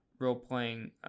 role-playing